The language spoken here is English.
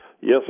Yes